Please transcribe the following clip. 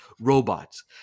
robots